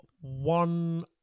one